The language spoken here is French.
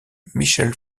michelle